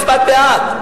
הצבעת בעד,